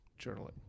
journaling